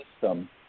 system